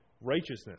righteousness